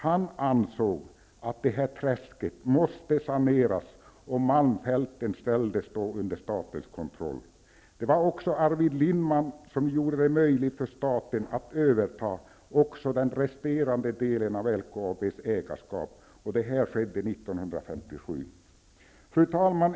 Han ansåg att träsket måste saneras, och Malmfälten ställdes under statens kontroll. Det var också Arvid Lindman som gjorde det möjligt för staten att överta den resterande delen av LKAB, vilket skedde 1957. Fru talman!